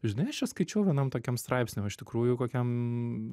žinai aš čia skaičiau vienam tokiam straipsny o iš tikrųjų kokiam